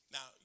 Now